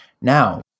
Now